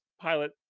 pilot